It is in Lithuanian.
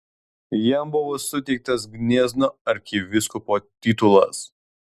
jam buvo suteiktas gniezno arkivyskupo titulas